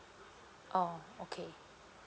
oh okay